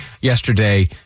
yesterday